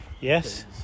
Yes